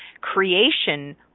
creation